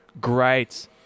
Great